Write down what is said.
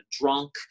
drunk